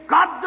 God